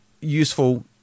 useful